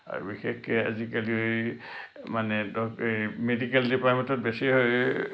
আৰু বিশেষকৈ আজিকালি মানে ধৰক মেডিকেল ডিপাৰ্টমেণ্টত বেছি হয়